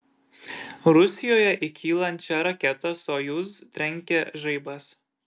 rusijoje į kylančią raketą sojuz trenkė žaibas